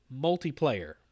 multiplayer